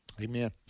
Amen